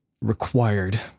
required